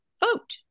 vote